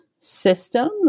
system